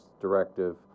directive